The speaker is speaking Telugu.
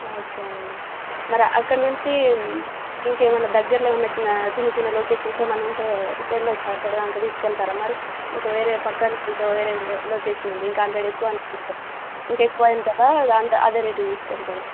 ఓకే అండి మరి అక్కడ నుంచి ఇంకేమన్నా దగ్గర్లో ఉన్నట్టున్నా చిన్న చిన్న చిన్న లొకేషన్స్ ఏమన్నుంటే వెళ్ళొచ్చా అక్కడ దాకా తీసుకెళ్తారా మరి ఇంక వేరే పక్కన ఇంక వేరే లొకేషన్ ఉంది ఇంక హండ్రెడ్ ఎక్కువ తీసుకున్నారు ఇంకా ఎక్కువ అంటారా లేకుంటే అదే రేటుకి తీసుకెళ్తారా